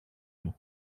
του